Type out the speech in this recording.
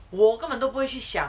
我根本都不会去想